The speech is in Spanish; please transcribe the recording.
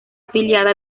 afiliada